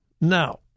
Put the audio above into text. Now